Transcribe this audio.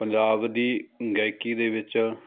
ਪੰਜਾਬ ਦੀ ਗਾਇਕੀ ਦੇ ਵਿੱਚ